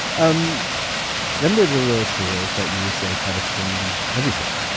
um then there are the little tools that you say kind of changed everything.